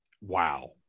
Wow